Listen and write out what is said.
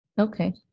okay